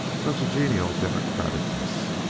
such a genial democraticness,